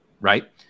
right